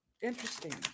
interesting